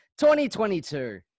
2022